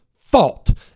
fault